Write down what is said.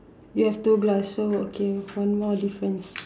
you have two glass so okay one more difference